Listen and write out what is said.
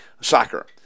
Soccer